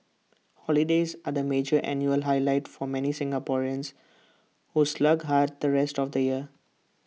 holidays are the major annual highlight for many Singaporeans who slog hard the rest of the year